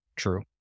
True